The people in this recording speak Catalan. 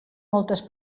moltes